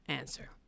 answer